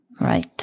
Right